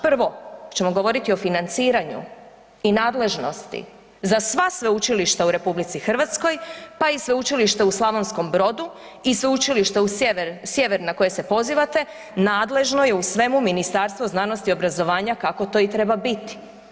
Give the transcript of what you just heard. Prvo ćemo govoriti o financiranju i nadležnosti za sva sveučilišta u RH pa i Sveučilište u Slavonskom Brodu i Sveučilište, u sjever, Sjever, na koje se pozivate, nadležno je u svemu Ministarstvo znanosti i obrazovanja kako to i treba biti.